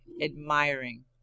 admiring